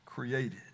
Created